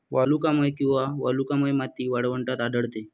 वालुकामय किंवा वालुकामय माती वाळवंटात आढळते